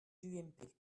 l’ump